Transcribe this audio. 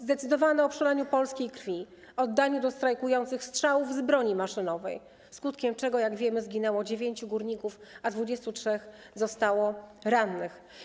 Zdecydowano o przelaniu polskiej krwi, o oddaniu do strajkujących strzałów z broni maszynowej, skutkiem czego, jak wiemy, zginęło dziewięciu górników, a 23 zostało rannych.